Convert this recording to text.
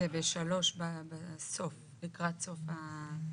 ב-3 לקראת סוף הפסקה.